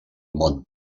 món